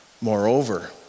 Moreover